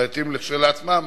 בעייתיים כשלעצמם